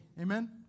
Amen